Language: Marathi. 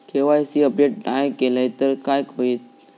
के.वाय.सी अपडेट नाय केलय तर काय होईत?